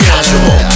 Casual